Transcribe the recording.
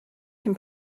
can